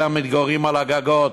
אלה המתגוררים על הגגות.